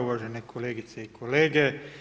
Uvažene kolegice i kolege.